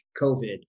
COVID